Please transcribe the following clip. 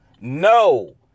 No